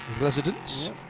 residents